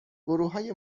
گروههای